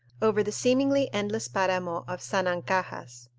over the seemingly endless paramo of sanancajas.